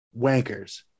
wankers